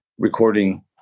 recording